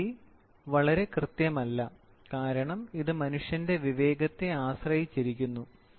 ഈ രീതി വളരെ കൃത്യമല്ല കാരണം ഇത് മനുഷ്യന്റെ വിവേകത്തെ ആശ്രയിച്ചിരിക്കുന്നു